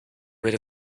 rid